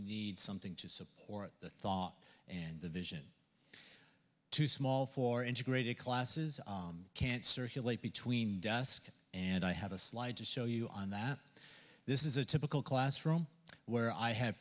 need something to support the thought and the vision too small for integrated classes can't circulate between dusk and i have a slide to show you on that this is a typical classroom where i have